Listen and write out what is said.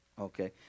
Okay